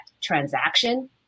transaction